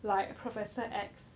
like professor X